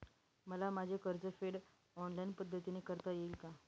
मला माझे कर्जफेड ऑनलाइन पद्धतीने करता येईल का?